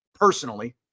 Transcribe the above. personally